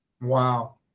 Wow